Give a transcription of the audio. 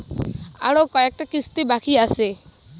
আরো কয়টা কিস্তি বাকি আছে?